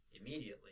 immediately